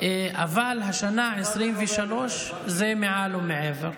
אבל השנה, 2023, זה מעל ומעבר.